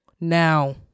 Now